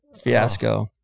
fiasco